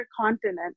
continent